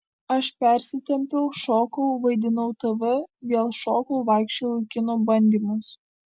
aš persitempiau šokau vaidinau tv vėl šokau vaikščiojau į kino bandymus